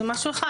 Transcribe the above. זה משהו אחד.